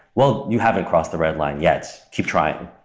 well, you haven't crossed the red line yet. keep trying.